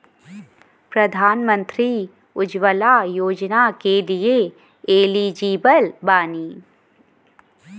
प्रधानमंत्री उज्जवला योजना के लिए एलिजिबल बानी?